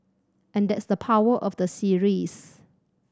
and that's the power of the series